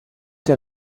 der